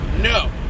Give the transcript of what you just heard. No